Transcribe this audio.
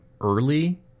early